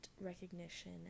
recognition